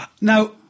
Now